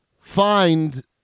find